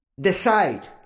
decide